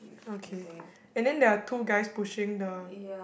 okay and then there are two guys pushing the